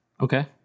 Okay